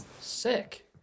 Sick